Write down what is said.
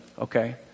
okay